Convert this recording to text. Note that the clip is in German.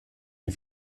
die